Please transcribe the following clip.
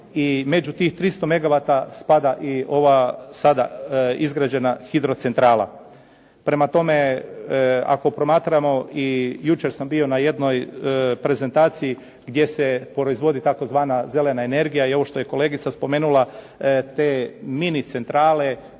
i među tih 300 megavata spada i ova sada izgrađena hidrocentrala. Prema tome, ako promatramo i jučer sam bio na jednoj prezentaciji gdje se proizvodi tzv. zelena energija i ovo što je kolegica spomenula te mini centrale.